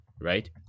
right